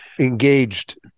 engaged